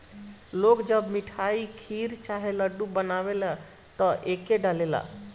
लोग जब मिठाई, खीर चाहे लड्डू बनावेला त एके डालेला